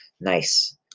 nice